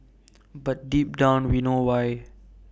but deep down we know why